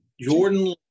Jordan